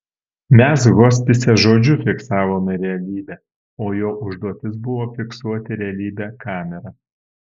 mes hospise žodžiu fiksavome realybę o jo užduotis buvo fiksuoti realybę kamera